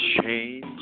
change